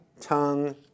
tongue